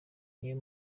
niyo